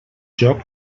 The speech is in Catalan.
joc